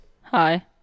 Hi